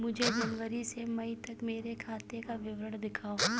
मुझे जनवरी से मई तक मेरे खाते का विवरण दिखाओ?